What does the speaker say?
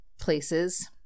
places